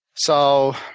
so